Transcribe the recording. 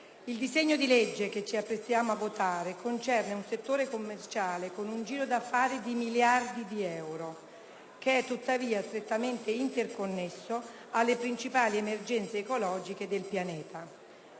Il disegno di legge che ci apprestiamo a votare concerne un settore commerciale con un giro d'affari di miliardi di euro, che è tuttavia strettamente interconnesso alle principali emergenze ecologiche del pianeta.